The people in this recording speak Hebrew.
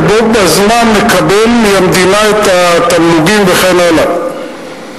ובו בזמן מקבל מהמדינה את התגמולים וכן הלאה.